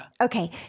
Okay